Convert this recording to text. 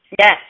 Yes